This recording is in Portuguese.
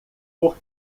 por